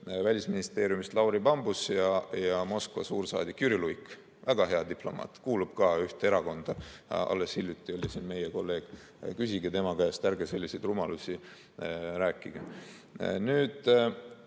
Välisministeeriumist Lauri Bambus ja Moskva suursaadik Jüri Luik, väga hea diplomaat, kes kuulub ka ühte erakonda. Alles hiljuti oli ta siin meie kolleeg, küsige tema käest, ärge selliseid rumalusi rääkige. Siin